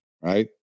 right